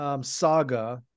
Saga